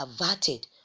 averted